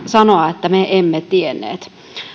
sanoa että me emme tienneet